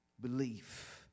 belief